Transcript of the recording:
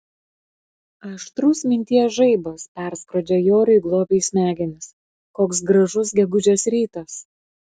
aštrus minties žaibas perskrodžia joriui globiui smegenis koks gražus gegužės rytas